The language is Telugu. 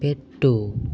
పెట్టు